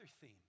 theme